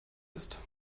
ist